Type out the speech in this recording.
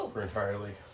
Entirely